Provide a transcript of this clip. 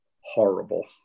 horrible